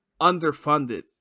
underfunded